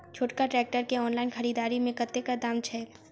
छोटका ट्रैक्टर केँ ऑनलाइन खरीददारी मे कतेक दाम छैक?